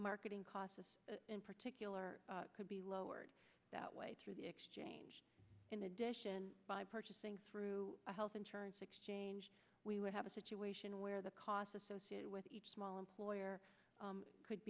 marketing costs in particular could be lowered that way through the exchange in addition by purchasing through a health insurance exchange we would have a situation where the costs associated with each small employer could